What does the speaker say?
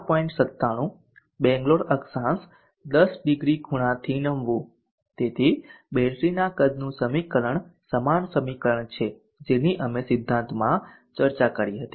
97 બેંગ્લોર અક્ષાંશ 10 ડિગ્રી ખૂણાથી નમવું તેથી બેટરીના કદનું સમીકરણ સમાન સમીકરણ છે જેની અમે સિદ્ધાંતમાં ચર્ચા કરી હતી